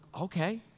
okay